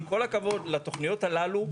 עם כל הכבוד לתוכניות הללו,